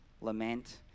lament